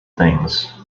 things